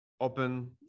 open